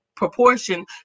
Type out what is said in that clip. proportion